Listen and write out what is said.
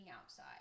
outside